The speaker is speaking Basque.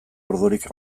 ordorika